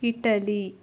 Italy